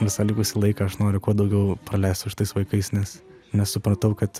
visą likusį laiką aš noriu kuo daugiau praleist su šitais vaikais nes nes supratau kad